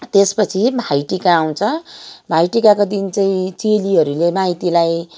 त्यसपछि भाइटिका आउँछ भाइटिकाको दिन चाहिँ चेलीहरूले माइतीलाई